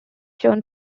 shown